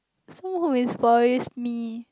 so who inspires me